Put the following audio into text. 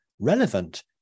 relevant